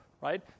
right